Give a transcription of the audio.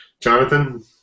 Jonathan